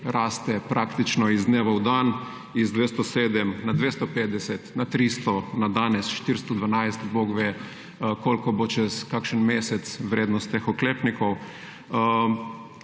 raste praktično iz dneva v dan, z 207 na 250, na 300, na danes 412 in bogve, kolikšna bo čez kakšen mesec vrednost teh oklepnikov.